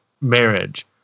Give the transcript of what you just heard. marriage